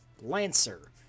Lancer